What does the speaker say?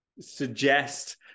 suggest